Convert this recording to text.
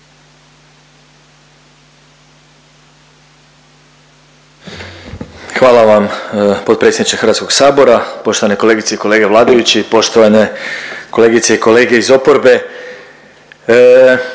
Hvala vam potpredsjedniče HS-a. Poštovane kolegice i kolege vladajući, poštovane kolegice i kolege iz oporbe.